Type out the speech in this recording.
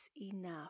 enough